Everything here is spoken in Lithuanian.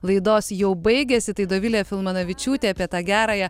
laidos jau baigėsi tai dovilė filmanavičiūtė apie tą gerąją